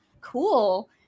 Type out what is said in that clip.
cool